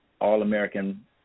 all-American